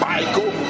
Michael